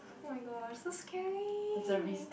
oh my gosh so scary